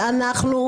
שאנחנו,